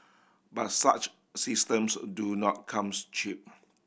but such systems do not comes cheap